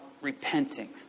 repenting